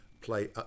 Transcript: play